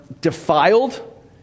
defiled